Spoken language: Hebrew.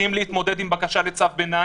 הולכים להתמודד עם בקשה לצו ביניים.